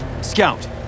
Scout